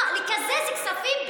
מה, לקזז כספים?